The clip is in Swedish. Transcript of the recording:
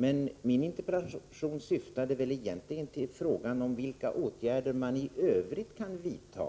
Men min interpellation avsåg egentligen frågan om vilka åtgärder man i övrigt kan vidta